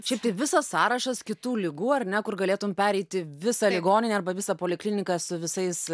šiaip tai visas sąrašas kitų ligų ar ne kur galėtum pereiti visą ligoninę arba visą polikliniką su visais